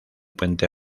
puente